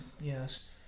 Yes